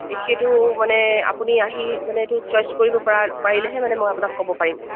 সেইটো মানে আপুনি আহি এইটো চইচ কৰিব পাৰা পাৰিলেহে মানে মই আপোনাক ক'ব পাৰিম